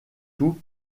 tout